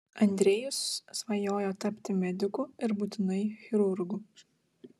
andrejus svajojo tapti mediku ir būtinai chirurgu